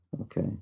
Okay